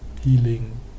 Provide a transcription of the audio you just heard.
healing